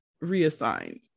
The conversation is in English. reassigned